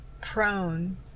prone